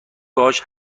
باهاش